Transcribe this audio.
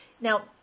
Now